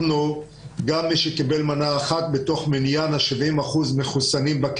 גם לשוטר שמגיע אל מול בעל עסק יש קושי לתת קנס כזה